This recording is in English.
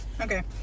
Okay